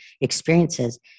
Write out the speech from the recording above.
experiences